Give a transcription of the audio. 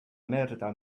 merda